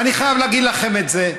ואני חייב להגיד לכם את זה,